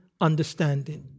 understanding